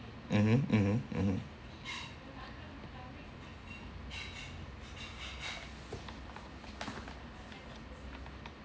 mmhmm mmhmm mmhmm